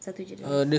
satu jer ada